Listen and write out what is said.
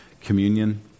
communion